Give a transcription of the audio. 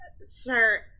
sir